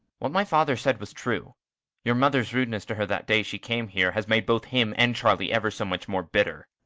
what my father said was true your mother's rudeness to her that day she came here, has made both him and charlie ever so much more bitter.